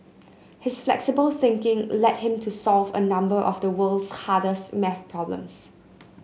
his flexible thinking led him to solve a number of the world's hardest maths problems